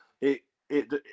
it—it